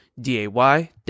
day